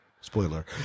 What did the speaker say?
Spoiler